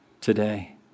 today